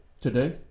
today